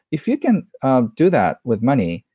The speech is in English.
if you can um do that with money,